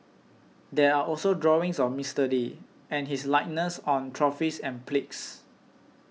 there are also drawings of Mister Lee and his likeness on trophies and plagues